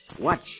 Watch